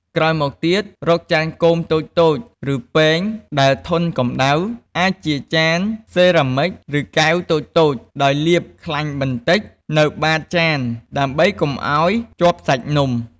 ក្រោយមកទៀត រកចានគោមតូចៗ ឬពែងដែលធន់កម្ដៅ អាចជាចានសេរ៉ាមិច ឬកែវតូចៗ ដោយលាបខ្លាញ់បន្តិចនៅបាតចានដើម្បីកុំឱ្យជាប់សាច់នំ។